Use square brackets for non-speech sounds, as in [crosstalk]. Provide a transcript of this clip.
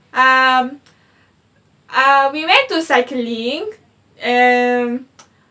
um ah we went to cycling um [noise]